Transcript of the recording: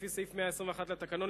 לפי סעיף 121 לתקנון,